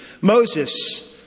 Moses